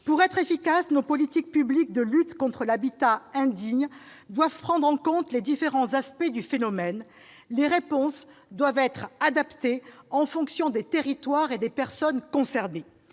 Pour être efficaces, nos politiques publiques de lutte contre l'habitat indigne doivent prendre en compte les différents aspects du phénomène. Les réponses doivent être adaptées en fonction des territoires et des personnes concernées.